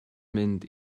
mynd